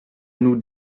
nous